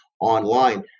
online